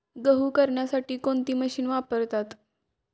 गहू करण्यासाठी कोणती मशीन वापरतात?